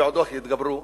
ועוד איך יתגברו